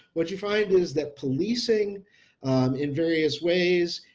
what you find is that policing in various ways.